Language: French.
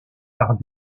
par